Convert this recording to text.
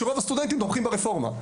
שרוב הסטודנטים תומכים ברפורמה,